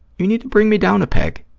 you need to bring me down a peg.